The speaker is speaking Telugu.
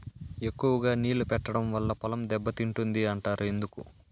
ఎక్కువగా నీళ్లు పెట్టడం వల్ల పొలం దెబ్బతింటుంది అంటారు ఎందుకు?